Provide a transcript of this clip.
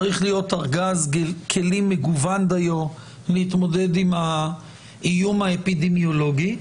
צריך להיות ארגז כלים מגוון דיו להתמודד עם האיום האפידמיולוגי,